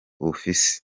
bufise